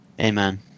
Amen